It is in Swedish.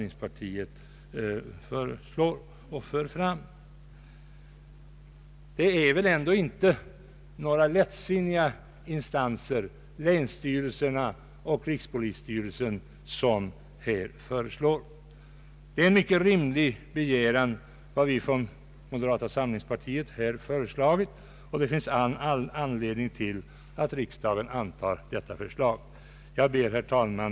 Länsstyrelserna och rikspolisstyrelsen är väl ändå inte några lättsinniga instanser som föreslår hur som helst, och den begäran som görs från moderata samlingspartiets sida är mycket rimlig. Det finns all anledning att riksdagen antar detta förslag. Herr talman!